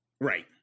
Right